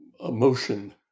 emotion